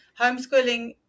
homeschooling